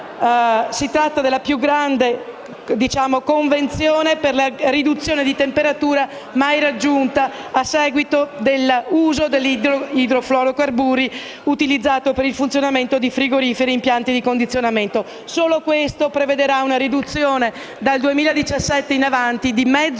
dell'ONU, la più grande convenzione per la riduzione di temperatura mai raggiunta a seguito dell'uso degli idrofluorocarburi per il funzionamento di frigoriferi e impianti di condizionamento. Solo questo prevedrà una riduzione, dal 2017 in avanti, di mezzo